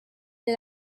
the